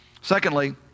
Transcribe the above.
Secondly